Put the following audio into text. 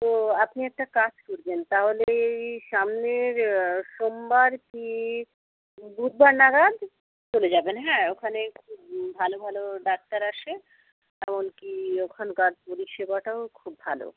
তো আপনি একটা কাজ করবেন তাহলে এই সামনের সোমবার কি বুধবার নাগাদ চলে যাবেন হ্যাঁ ওখানে ভালো ভালো ডাক্তার আসে এমন কি ওখানকার পরিষেবাটাও খুব ভালো